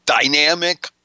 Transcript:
dynamic